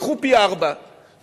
תיקחו פי-ארבעה,